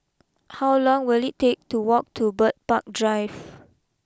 how long will it take to walk to Bird Park Drive